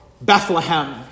Bethlehem